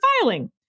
filing